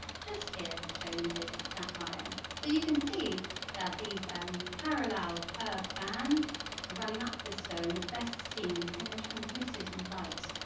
just here shown in this sapphire. you can see that these parallel curved bands are running up this stone best seen in the transmitted light,